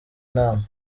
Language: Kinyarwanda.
inama